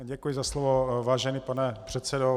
Děkuji za slovo, vážený pane předsedo.